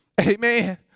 Amen